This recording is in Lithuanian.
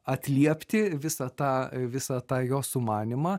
atliepti visą tą visą tą jo sumanymą